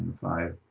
five